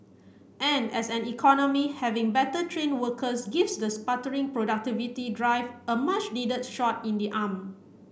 and as an economy having better trained workers gives the sputtering productivity drive a much needed shot in the arm